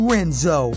Renzo